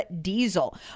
diesel